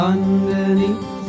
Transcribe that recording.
Underneath